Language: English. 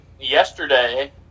yesterday